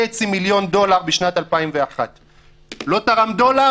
מיליון דולר בשנת 2001. לא תרם דולר?